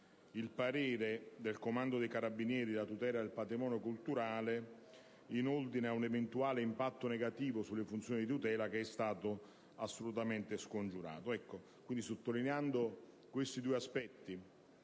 il parere del Comando dei carabinieri per la tutela del patrimonio culturale in ordine a un eventuale impatto negativo sulle funzioni di tutela, che è stato assolutamente scongiurato.